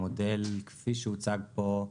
המודל, כפי שהוצג פה,